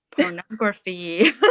Pornography